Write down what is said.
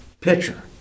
pitcher